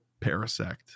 Parasect